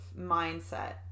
mindset